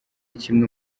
kimwe